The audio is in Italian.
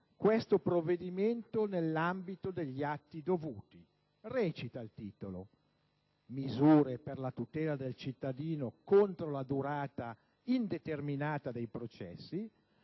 questo provvedimento nell'ambito degli atti dovuti. Il titolo, infatti, recita: «Misure per la tutela del cittadino contro la durata indeterminata dei processi,